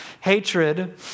Hatred